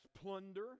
plunder